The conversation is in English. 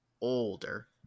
older